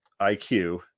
iq